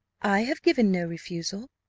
i have given no refusal,